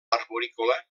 arborícola